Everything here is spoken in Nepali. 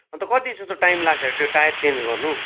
अन्त कति जस्तो टाइम लाग्छ त्यो टायर चेन्ज गर्नु